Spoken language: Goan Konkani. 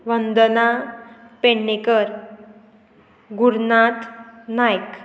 वंदना पेडणेकर गुरनाथ नायक